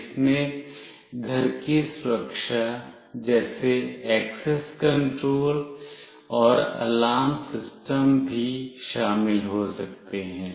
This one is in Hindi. इसमें घर की सुरक्षा जैसे एक्सेस कंट्रोल और अलार्म सिस्टम भी शामिल हो सकते हैं